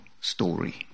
story